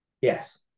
Yes